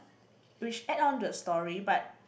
which add on to the story but